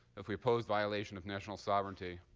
if we oppose violation of national sovereignty,